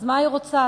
אז מה היא רוצה?